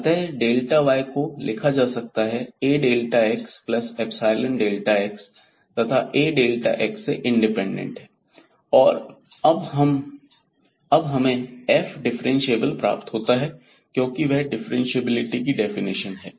अतः y को लिखा जा सकता है AxϵΔx तथा A x से इंडिपेंडेंट है और अब हमें f डिफ्रेंशिएबल प्राप्त होता है क्योंकि वह डिफ्रेंशिएबिलिटी की डेफिनेशन है